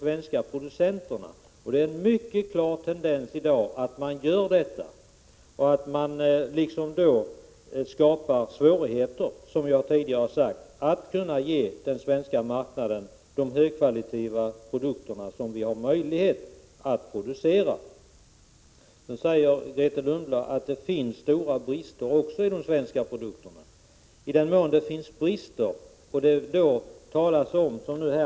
Men det finns en mycket klar tendens i dag att man gör det och då skapar svårigheter i fråga om att ge den svenska marknaden de högkvalitativa produkter som vi har möjlighet att producera. Grethe Lundblad säger att det finns stora brister också i svenska produkter. I den mån det finns brister —t.ex.